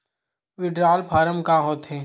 Withdrawal form का होथे?